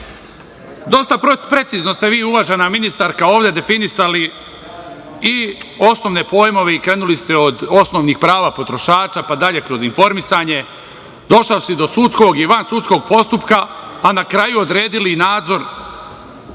Dosta precizno ste vi, uvažena ministarka, ovde definisali i osnovne pojmove i krenuli ste od osnovnih prava potrošača, pa dalje kroz informisanje, došao si do sudskog i vansudskog postupka, a na kraju odredili nadzor,